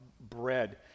bread